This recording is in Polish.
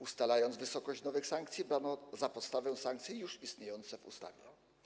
Ustalając wysokość nowych sankcji, dano za podstawę sankcje już istniejące w ustawie.